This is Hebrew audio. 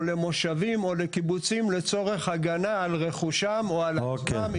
למושבים או לקיבוצים לצורך הגנה על רכושם או על עצמם,